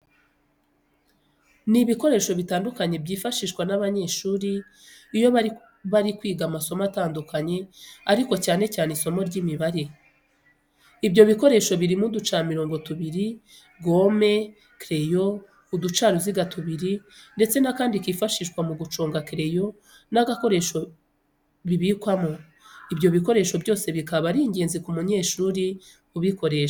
Ni ibikoresho bitandukanye byifashishwa n'abanyeshuri iyo bari kwiga amasomo atandukanye ariko cyane cyane isimo ry'Imibare. ibyo bikoresho birimo uducamirongo tubiri, gome, kereyo, uducaruziga tubiri ndetse n'akandi kifashishwa mu guconga kereyo n'agakoresho bibikwamo. Ibyo bikoresho byose bikaba ari ingenzi ku munyeshuri ubikoresha.